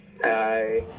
Hi